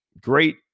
great